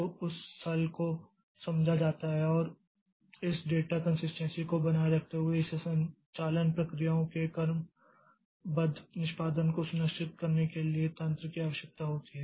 तो उस स्थल को समझा जाता है और इस डेटा कन्सिस्टेन्सी को बनाए रखते हुए इसे संचालन प्रक्रियाओं के क्रमबद्ध निष्पादन को सुनिश्चित करने के लिए तंत्र की आवश्यकता होती है